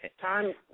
Time